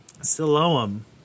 Siloam